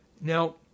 Now